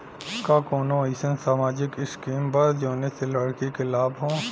का कौनौ अईसन सामाजिक स्किम बा जौने से लड़की के लाभ हो?